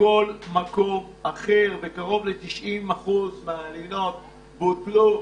מכל מקום אחר וקרוב ל-90% מהלינות בוטלו.